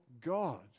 God